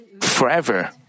forever